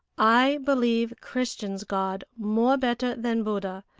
i believe christians' god more better than buddha,